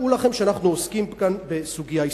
דעו לכם שאנחנו עוסקים כאן בסוגיה היסטורית,